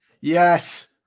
Yes